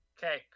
Okay